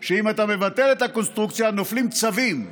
שאם אתה מבטל את הקונסטרוקציה נופלים צווים,